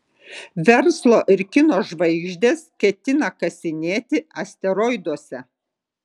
verslo ir kino žvaigždės ketina kasinėti asteroiduose